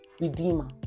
Redeemer